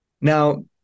Now